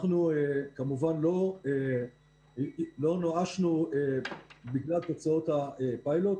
אנחנו כמובן לא נואשנו בגלל תוצאות הפיילוט.